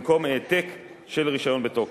במקום העתק של רשיון בתוקף,